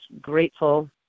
grateful